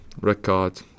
Record